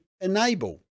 enable